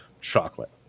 chocolate